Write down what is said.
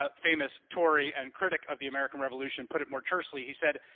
ah famous tory, and critic of the american revolution put it more tersely, he said,